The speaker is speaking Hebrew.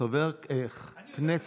חבר כנסת,